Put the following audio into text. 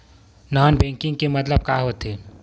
Non banking के मतलब का होथे?